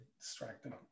distracting